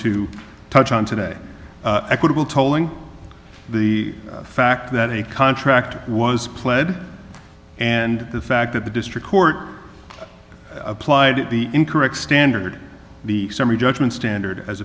to touch on today equitable tolling the fact that a contract was pled and the fact that the district court applied the incorrect standard the summary judgment standard as